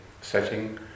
setting